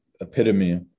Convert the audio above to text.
epitome